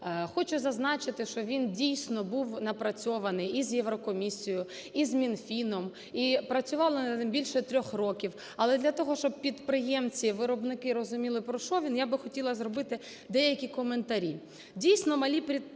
Хочу зазначити, що він дійсно був напрацьований і з Єврокомісією, і з Мінфіном, і працювали над ним більше трьох років. Але для того, щоб підприємці, виробники розуміли про що він, я би хотіла зробити деякі коментарі.